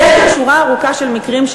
יש כאן שורה ארוכה של מקרים,